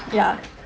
ya